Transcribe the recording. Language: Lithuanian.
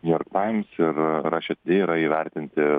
new york times ir russia today yra įvertinti